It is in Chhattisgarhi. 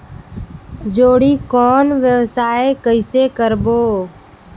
जोणी कौन व्यवसाय कइसे करबो?